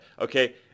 okay